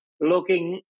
looking